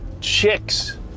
Chicks